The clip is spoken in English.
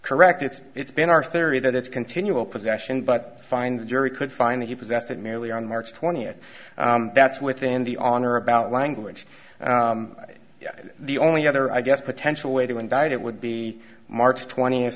correct it's it's been our theory that it's continual possession but find the jury could find he possessed it merely on march twentieth that's within the on or about language the only other i guess potential way to indict it would be march twentieth